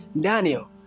Daniel